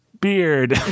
Beard